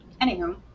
Anywho